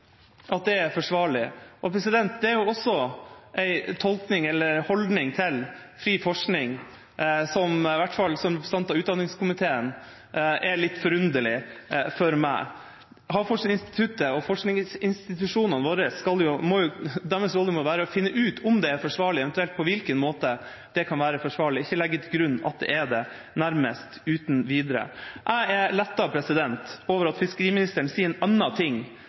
at det er forsvarlig». Det er også en holdning til fri forskning som i hvert fall for meg som representant i utdanningskomiteen er litt forunderlig. Havforskningsinstituttet og forskningsinstitusjonene sin rolle må være å finne ut om det er forsvarlig, eventuelt på hvilken måte det kan være forsvarlig, ikke legge til grunn at det er det nærmest uten videre. Jeg er lettet over at fiskeriministeren sier en annen ting